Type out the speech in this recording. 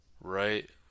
right